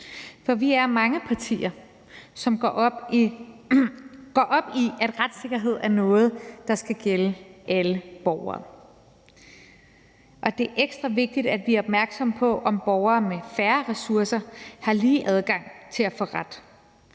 for vi er mange partier, som går op i, at retssikkerhed er noget, der skal gælde alle borgere. Det er ekstra vigtigt, at vi er opmærksomme på, om borgere med færre ressourcer har lige adgang til at få ret,